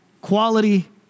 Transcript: quality